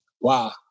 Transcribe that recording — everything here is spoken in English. Wow